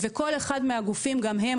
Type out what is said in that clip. וכל אחד מהגופים גם הם,